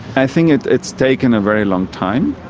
i think it's taken a very long time.